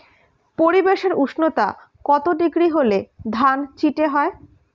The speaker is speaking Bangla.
পরিবেশের উষ্ণতা কত ডিগ্রি হলে ধান চিটে হয়?